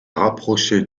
rapprocher